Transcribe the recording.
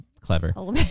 clever